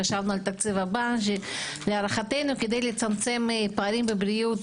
חשבנו להערכתנו שכדי לצמצם פערים בבריאות,